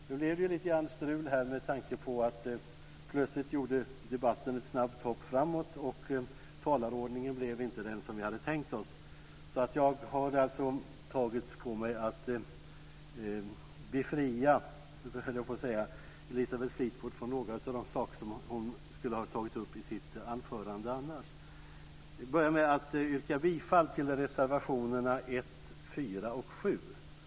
Nu blev det lite strul med tanke på att debatten plötsligt gjorde ett snabbt hopp framåt och talarordningen blev inte den vi hade tänkt oss. Jag har alltså tagit på mig att befria Elisabeth Fleetwood från några av de saker som hon skulle ha tagit upp i sitt anförande. Jag börjar med att yrka bifall till reservationerna 1, 4 och 7.